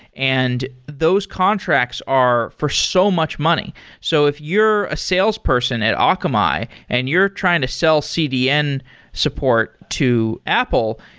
and those contracts are for so much money so if you're a salesperson at akamai and you're trying to sell cdn support to apple,